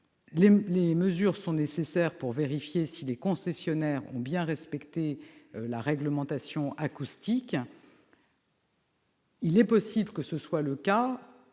Des mesures sont nécessaires pour vérifier si les concessionnaires ont bien respecté la réglementation acoustique. Il est possible qu'ils